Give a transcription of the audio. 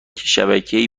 شبکهای